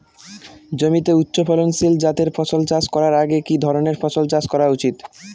জমিতে উচ্চফলনশীল জাতের ফসল চাষ করার আগে কি ধরণের ফসল চাষ করা উচিৎ?